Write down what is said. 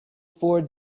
four